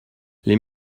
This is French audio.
les